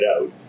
out